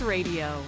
Radio